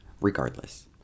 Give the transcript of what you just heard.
Regardless